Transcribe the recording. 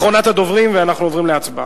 אחרונת הדוברים, ואנחנו עוברים להצבעה.